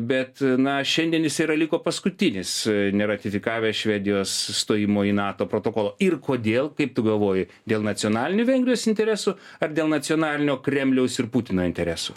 bet na šiandien jis yra liko paskutinis neratifikavę švedijos stojimo į nato protokolo ir kodėl kaip tu galvoji dėl nacionalinių vengrijos interesų ar dėl nacionalinio kremliaus ir putino interesų